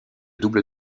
double